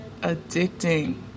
addicting